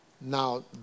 Now